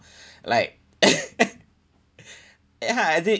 like ya I did